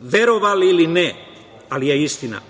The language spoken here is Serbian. verovali ili ne ali je istina,